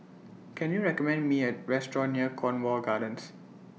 Can YOU recommend Me A Restaurant near Cornwall Gardens